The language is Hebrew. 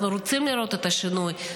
אנחנו רוצים לראות את השינוי,